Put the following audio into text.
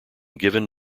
given